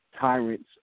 tyrants